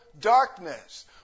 darkness